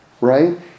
right